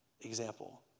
example